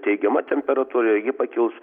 teigiama temperatūra ji pakils